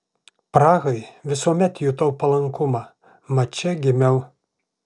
prahai visuomet jutau palankumą mat čia gimiau